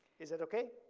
is that okay?